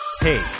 Hey